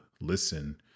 listen